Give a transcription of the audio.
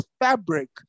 fabric